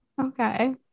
Okay